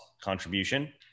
contribution